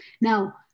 Now